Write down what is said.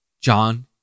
John